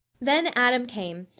then adam came,